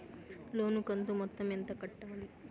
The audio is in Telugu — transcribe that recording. లోను కంతు మొత్తం ఎంత కట్టాలి?